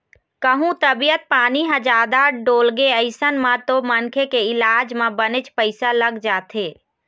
कहूँ तबीयत पानी ह जादा डोलगे अइसन म तो मनखे के इलाज म बनेच पइसा लग जाथे